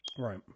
Right